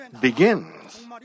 begins